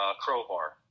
Crowbar